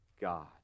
God